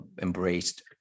embraced